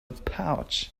pouch